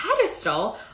pedestal